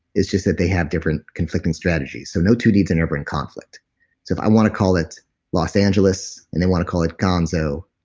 it's just that they have different conflicting strategies, so no two needs are ever in conflict if i want to call it lost angeles and they want to call it gonzo,